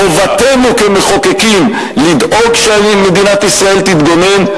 חובתנו כמחוקקים לדאוג שמדינת ישראל תתגונן,